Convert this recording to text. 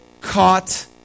caught